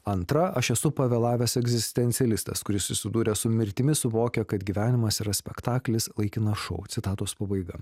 antra aš esu pavėlavęs egzistencialistas kuris susidūręs su mirtimi suvokia kad gyvenimas yra spektaklis laikinas šou citatos pabaiga